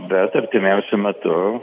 bet artimiausiu metu